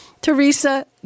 Teresa